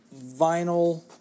vinyl